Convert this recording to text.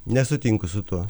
nesutinku su tuo